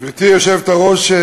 גברתי היושבת-ראש,